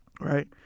right